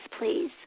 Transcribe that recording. please